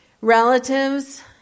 relatives